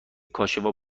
کاشفا